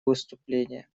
выступление